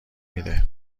میده